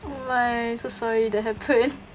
oh my so sorry that happened